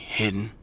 hidden